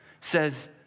says